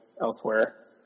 elsewhere